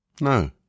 No